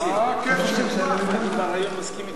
איך עושים סדר אתם?